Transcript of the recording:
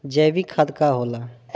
जैवीक खाद का होला?